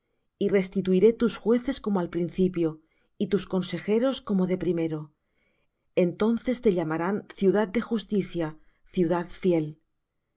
y restituiré tus jueces como al principio y tus consejeros como de primero entonces te llamarán ciudad de justicia ciudad fiel